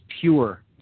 pure